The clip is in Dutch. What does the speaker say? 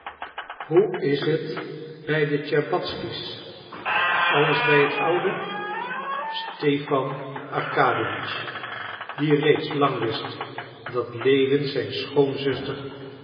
hoe is t bij de tscherbatzky's alles bij het oude stipan arkadiewitsch die reeds lang wist dat lewin zijn